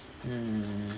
mm